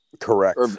Correct